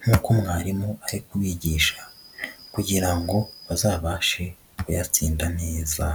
nk'uko mwarimu ari kubigisha kugira ngo bazabashe kuyatsinda neza.